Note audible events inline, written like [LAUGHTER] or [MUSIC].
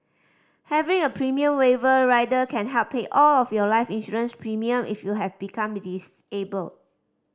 having a premium waiver rider can help pay all of your life insurance premium if you have become [UNINTELLIGIBLE] able